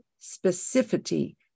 specificity